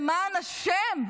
למען השם,